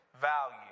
value